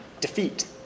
defeat